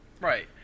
Right